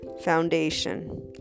foundation